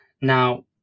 Now